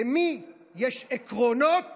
למי יש עקרונות